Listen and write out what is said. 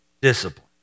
discipline